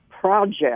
project